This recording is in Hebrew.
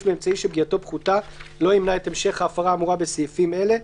באמצעי שפגיעתו פחותה לא ימנע את המשך ההפרה האמורה בסעיפים אלה,